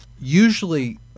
Usually